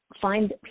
find